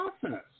process